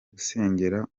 gusengera